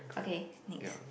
okay next